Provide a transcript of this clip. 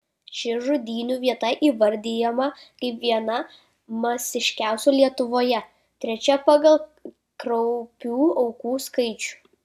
ši žudynių vieta įvardijama kaip viena masiškiausių lietuvoje trečia pagal kraupių aukų skaičių